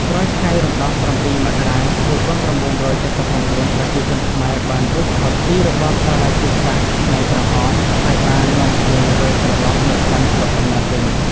ក្រោយថ្ងៃរំដោះ ៧ មករា ១៩៧៩ ប្រជាជនខ្មែរបានរួចផុតពីរបបប្រល័យពូជសាសន៍ខ្មែរក្រហម ហើយបាននាំគ្នាវិលត្រឡប់មកកាន់ស្រុកកំណើតវិញ។